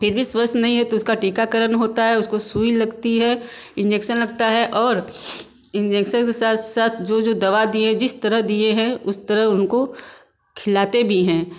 फिर भी स्वस्थ नहीं है तो उसका टीकाकरण होता है उसको सुई लगती है इंजेक्शन लगता है और इंजेक्शन के साथ साथ जो जो दवा दी है जिस तरह दिए हैं उस तरह उनको खिलाते भी हैं